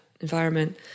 environment